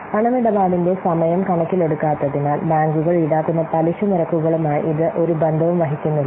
പണമിടപാടിന്റെ സമയം കണക്കിലെടുക്കാത്തതിനാൽ ബാങ്കുകൾ ഈടാക്കുന്ന പലിശ നിരക്കുകളുമായി ഇത് ഒരു ബന്ധവും വഹിക്കുന്നില്ല